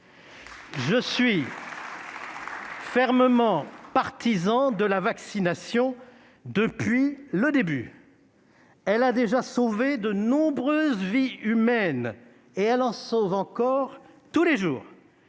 Je suis fermement partisan de la vaccination, et ce depuis le début ! Elle a déjà sauvé de nombreuses vies humaines et elle en sauve encore tous les jours.